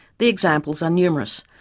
the examples are numerous,